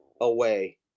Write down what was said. away